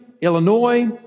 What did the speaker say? Illinois